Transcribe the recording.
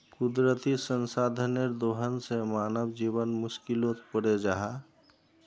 कुदरती संसाधनेर दोहन से मानव जीवन मुश्कीलोत पोरे जाहा